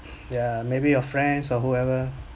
ya maybe your friends or whoever